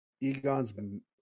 Egon's